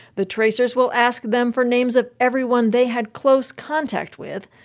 the tracers will ask them for names of everyone they had close contact with.